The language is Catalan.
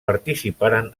participaren